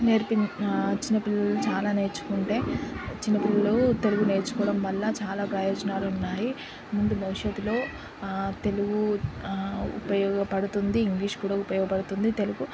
నేర్పిం చిన్న పిల్లలు చాలా నేర్చుకుంటే చిన్న పిల్లలు తెలుగు నేర్చుకోవడం వల్ల చాలా ప్రయోజనాలు ఉన్నాయి ముందు భవిష్యత్లో తెలుగు ఉపయోగపడుతుంది ఇంగ్లీష్ కూడా ఉపయోగపడుతుంది తెలుగు